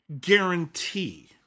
guarantee